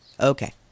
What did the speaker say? Okay